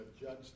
Judge